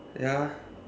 ya